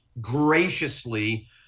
graciously